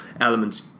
elements